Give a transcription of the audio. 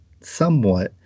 somewhat